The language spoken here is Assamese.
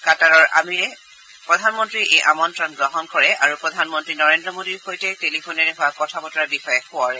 কাটাৰৰ আমিৰে অতি প্ৰধানমন্তীৰ এই আমন্ত্ৰণ গ্ৰহণ কৰে আৰু প্ৰধানমন্ত্ৰী নৰেন্দ্ৰ মোডীৰ সৈতে হোৱা টেলিফোনেৰে হোৱা কথা বতৰাৰ বিষয়ে সোঁৱৰে